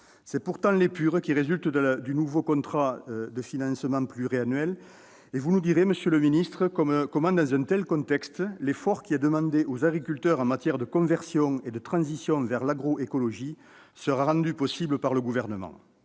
C'est pourtant l'épure qui résulte du nouveau contrat de financement pluriannuel. Vous nous direz, monsieur le ministre, comment, dans un tel contexte, l'effort qui est demandé aux agriculteurs en matière de conversion et de transition vers l'agroécologie sera rendu possible par le Gouvernement.